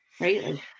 Right